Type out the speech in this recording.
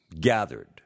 gathered